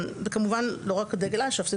וכמובן לא רק דגל אש"ף,